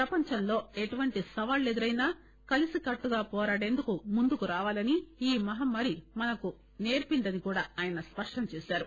ప్రపంచంలో ఎటువంటి సవాళ్లు ఎదురైనా కలసికట్టుగా పోరాడేందుకు ముందుకు రావాలని ఈ మహమ్మారి మనకు సేర్పిందని ఆయన స్పష్టం చేశారు